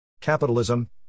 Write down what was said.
Capitalism